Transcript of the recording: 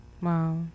Wow